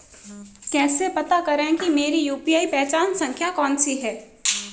कैसे पता करें कि मेरी यू.पी.आई पहचान संख्या कौनसी है?